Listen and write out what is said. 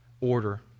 order